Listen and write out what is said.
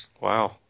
Wow